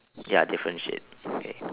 ya different shade okay